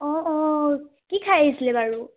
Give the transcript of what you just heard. অ অ কি খাই আহিছিলে বাৰু